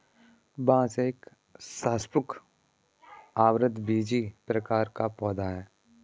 बांस एक सपुष्पक, आवृतबीजी प्रकार का पौधा है